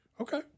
Okay